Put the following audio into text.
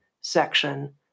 section